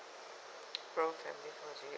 pro family